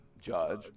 judge